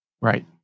Right